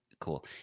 Cool